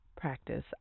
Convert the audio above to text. practice